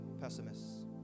pessimists